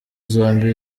zombi